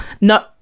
No